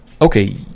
okay